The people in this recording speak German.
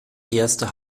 erste